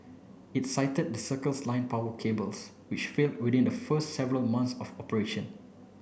it cited the Circles Line power cables which failed within the first several months of operation